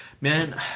Man